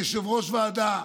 כיושב-ראש ועדה,